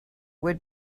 would